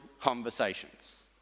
conversations